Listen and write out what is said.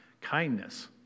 kindness